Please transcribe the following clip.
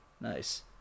Nice